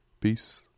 Peace